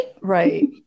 Right